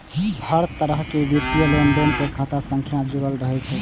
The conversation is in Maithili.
हर तरहक वित्तीय लेनदेन सं खाता संख्या जुड़ल रहै छै